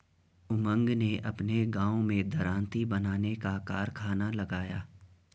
उमंग ने अपने गांव में दरांती बनाने का कारखाना लगाया